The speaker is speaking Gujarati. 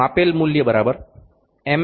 માપેલ મૂલ્ય એમ